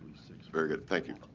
very good. thank you.